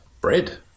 Bread